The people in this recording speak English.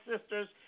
sisters